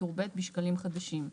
טור ב': בשקלים חדשים.